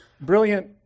brilliant